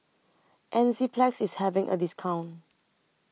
Enzyplex IS having A discount